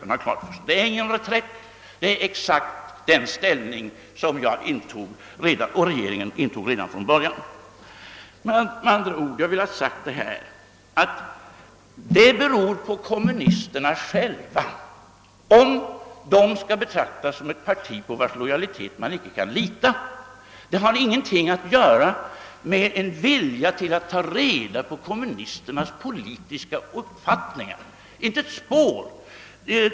Det är alltså inte fråga om någon reträtt, utan det är exakt den ställning jag och regeringen intog redan. från början. Jag vill med andra ord ha sagt att det beror på det kommunistiska partiet självt om det skall betraktas som ett parti på vars lojalitet man inte kan lita. Detta har ingenting att göra med en vilja att ta reda på kommunisternas uppfattningar — inte alls.